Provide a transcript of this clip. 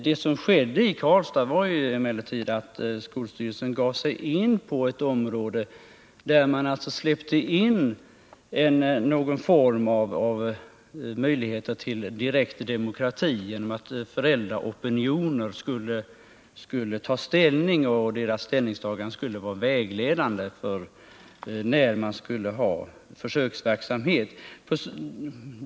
Det som skedde i Karlstad var emellertid att skolstyrelsen gav sig in på ett område och öppnade möjligheter för en form av direkt demokrati genom att anmoda föräldraopinioner att ta ställning och genom att ange att deras ställningstagande skulle vara vägledande för frågan om när man skulle ha försöksverksamhet.